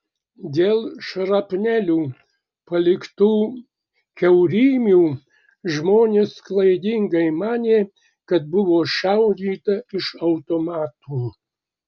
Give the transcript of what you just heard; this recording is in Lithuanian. dėl šrapnelių paliktų kiaurymių žmonės klaidingai manė kad buvo šaudyta iš automatų